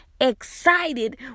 excited